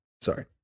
sorry